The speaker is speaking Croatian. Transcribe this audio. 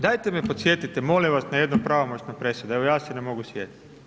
Dajte me podsjetite molim vas na jednu pravomoćnu presudu, evo ja se ne mogu sjetiti.